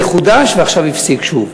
זה חודש ועכשיו נפסק שוב.